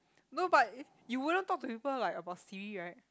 no but you wouldn't talk to people like about Siri right